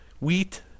wheat